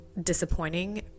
disappointing